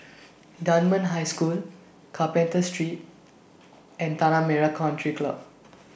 Dunman High School Carpenter Street and Tanah Merah Country Club